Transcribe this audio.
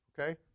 Okay